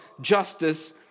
justice